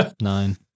Nine